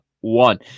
one